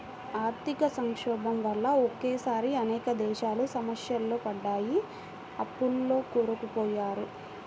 ఆర్థిక సంక్షోభం వల్ల ఒకేసారి అనేక దేశాలు సమస్యల్లో పడ్డాయి, అప్పుల్లో కూరుకుపోయారు